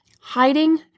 Hiding